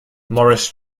morris